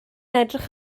edrych